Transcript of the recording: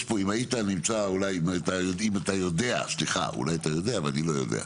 אם אתה יודע, אולי אתה יודע, אבל אני לא יודע,